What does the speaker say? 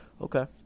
okay